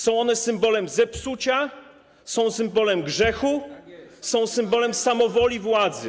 Są one symbolem zepsucia, są symbolem grzechu, są symbolem samowoli władzy.